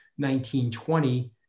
1920